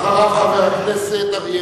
אחריו, חבר הכנסת אריה